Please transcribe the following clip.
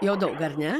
jau daug ar ne